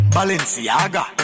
Balenciaga